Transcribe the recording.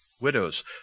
widows